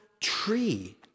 tree